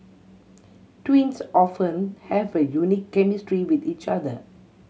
twins often have a unique chemistry with each other